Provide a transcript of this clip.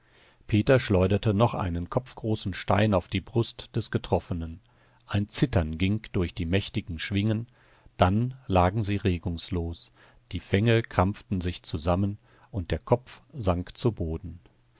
peter schleuderte noch einen kopfgroßen stein auf die brust des getroffenen ein zittern ging durch die mächtigen schwingen dann lagen sie regungslos die fänge krampften sich zusammen und der kopf sank zu boden